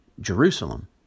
Jerusalem